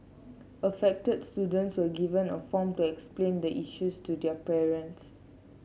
affected students were given a form to explain the issues to their parents